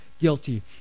guilty